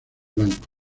blanco